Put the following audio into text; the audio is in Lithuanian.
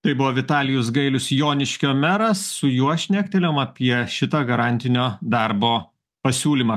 tai buvo vitalijus gailius joniškio meras su juo šnektelėjom apie šitą garantinio darbo pasiūlymą